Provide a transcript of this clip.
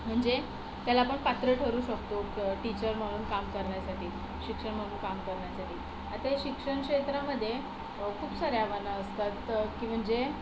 म्हणजे त्याला आपण पात्र ठरू शकतो ट टीचर म्हणून काम करण्यासाठी शिक्षण म्हणून काम करण्यासाठी आता हे शिक्षणक्षेत्रामध्ये खूप सारे आव्हानं असतात की म्हणजे